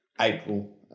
April